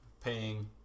paying